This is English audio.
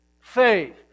faith